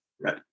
right